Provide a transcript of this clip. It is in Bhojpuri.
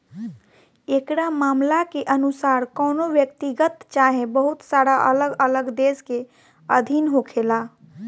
एकरा मामला के अनुसार कवनो व्यक्तिगत चाहे बहुत सारा अलग अलग देश के अधीन होखेला